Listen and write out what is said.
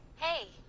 hey,